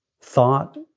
thought